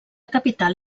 capital